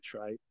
right